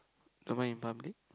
don't mind in public